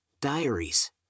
diaries